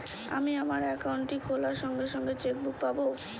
আমি আমার একাউন্টটি খোলার সঙ্গে সঙ্গে চেক বুক পাবো?